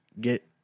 get